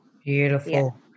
Beautiful